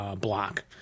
block